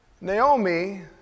Naomi